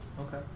okay